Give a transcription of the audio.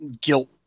guilt